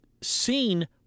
seen